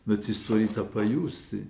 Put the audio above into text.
bet jis turi pajusti